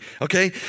okay